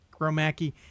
Gromacki